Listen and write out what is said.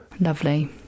lovely